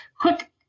quick